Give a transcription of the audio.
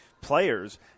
players